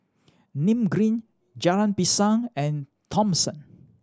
Nim Green Jalan Pisang and Thomson